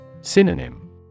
Synonym